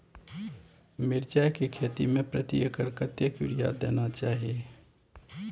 मिर्चाय के खेती में प्रति एकर कतेक यूरिया देना चाही?